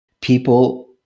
people